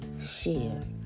share